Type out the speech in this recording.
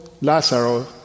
Lazarus